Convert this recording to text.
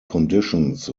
conditions